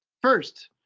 first,